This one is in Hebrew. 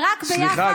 ורק ביחד,